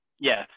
Yes